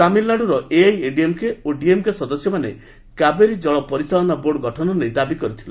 ତାମିଲନାଡୁର ଏଆଇଏଡିଏମ୍କେ ଓ ଡିଏମକେ ସଦସ୍ୟମାନେ କାବେରୀ ଜଳ ପରିଚାଳନା ବୋର୍ଡ ଗଠନ ନେଇ ଦାବି କରିଥିଲେ